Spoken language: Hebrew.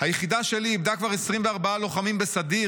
'היחידה שלי איבדה כבר 24 לוחמים בסדיר.